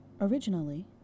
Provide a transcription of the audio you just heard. Originally